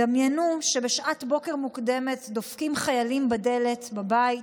דמיינו שבשעת בוקר מוקדמת דופקים חיילים בדלת בבית